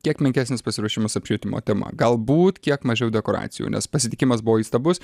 kiek menkesnis pasiruošimas apšvietimo tema galbūt kiek mažiau dekoracijų nes pasitikimas buvo įstabus